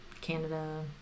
canada